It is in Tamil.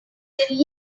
திரிய